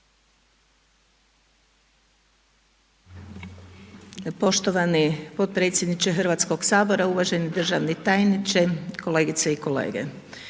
poštovani potpredsjedniče Hrvatskoga sabora, uvažene kolegice i kolege,